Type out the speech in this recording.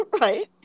right